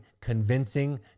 convincing